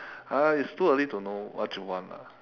ah it's too early to know what you want ah